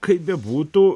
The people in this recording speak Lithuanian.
kaip bebūtų